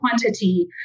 quantity